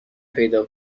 پیدا